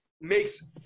makes